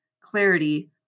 clarity